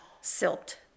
silt